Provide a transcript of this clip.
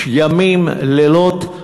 ימים ולילות,